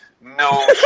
no